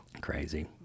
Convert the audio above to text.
Crazy